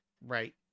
Right